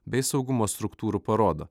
bei saugumo struktūrų parodo